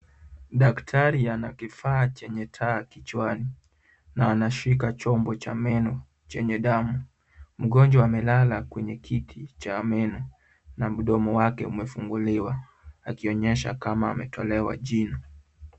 Daktari ana kifaa chenye taa kichwani, na anashika chombo cha meno chenye damu. Mgonjwa amelala kwenye kiti cha meno na mdomo wake umefunguliwa, akionyesha kama ametolewa jino.